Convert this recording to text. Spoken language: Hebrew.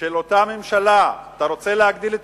של אותה ממשלה, אתה רוצה להגדיל את